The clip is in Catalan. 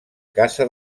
casa